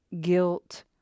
guilt